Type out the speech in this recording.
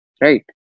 right